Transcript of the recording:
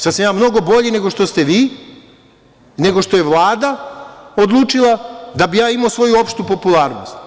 Sada sam ja mnogo bolji nego što ste vi, nego što je Vlada odlučila, da bih ja imao svoju opštu popularnost.